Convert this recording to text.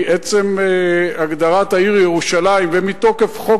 מעצם הגדרת העיר ירושלים ומתוקף חוק